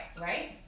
right